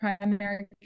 primary